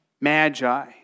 magi